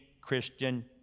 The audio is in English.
Christian